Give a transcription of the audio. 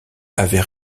avaient